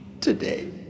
today